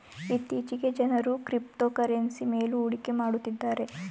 ಇತ್ತೀಚೆಗೆ ಜನರು ಕ್ರಿಪ್ತೋಕರೆನ್ಸಿ ಮೇಲು ಹೂಡಿಕೆ ಮಾಡುತ್ತಿದ್ದಾರೆ